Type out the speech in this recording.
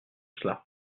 cela